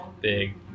big